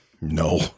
no